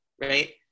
right